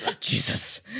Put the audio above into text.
Jesus